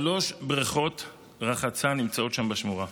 שלוש בריכות רחצה נמצאות שם, בשמורה.